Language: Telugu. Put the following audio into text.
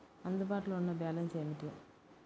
అందుబాటులో ఉన్న బ్యాలన్స్ ఏమిటీ?